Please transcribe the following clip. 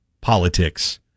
politics